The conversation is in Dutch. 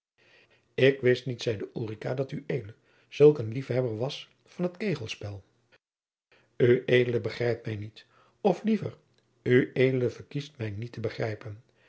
ik wist niet zeide ulrica dat ued zulk een liefhebber was van het kegelspel ued begrijpt mij niet of liever ued verkiest mij niet te begrijpen